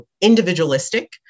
individualistic